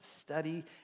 study